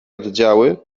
oddziały